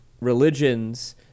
religions